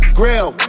grill